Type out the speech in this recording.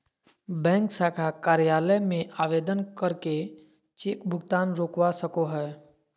bank शाखा कार्यालय में आवेदन करके चेक भुगतान रोकवा सको हय